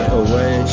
away